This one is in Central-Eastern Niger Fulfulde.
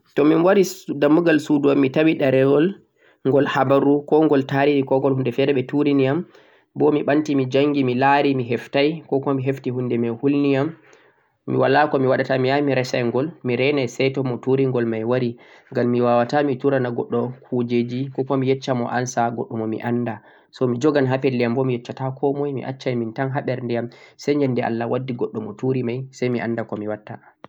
to mi wari ndambugal suudu am mi tawi ɗerewol gol habaru, ko gol taarihi ko gol huunde feere ɓe turiyam, bo mi ɓanti mi njanngi mi laari mi heftay, 'ko kuma' mi hefti huunde may hulniyam, mi walaa ko mi waɗata, mi yahay mi resangol, mi renay say to mo turi gol may wari, ngam mi waawaata mi turana goɗɗo kuujeeeji mi yecca mo answer goɗɗo mo mi annda, so, mi jogan ha pelle may am bo mi yecca ta ko moy mi accan ha ɓernde yam, say nyannde Allah waddi goɗɗo mo turi may say mi annda ko mi watta.